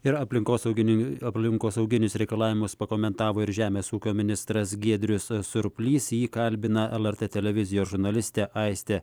ir aplinkosauginin aplinkosauginius reikalavimus pakomentavo ir žemės ūkio ministras giedrius surplys jį kalbina lrt televizijos žurnalistė aistė